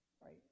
Right